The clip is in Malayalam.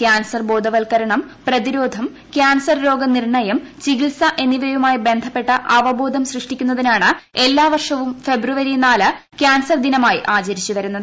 ക്യാൻസർ ബോധവൽക്കരണം പ്രതിരോധം ക്യാൻസർ രോഗ നിർണ്ണയം ചികിത്സ എന്നിവയുമായി ബന്ധപ്പെട്ട അവബോധം സൃഷ്ടിക്കുന്നതിനാണ് എല്ലാ വർഷവും ഫെബ്രുവരി നാല് ക്യാൻസർ ദിനമായി ആചരിച്ചു വരുന്നത്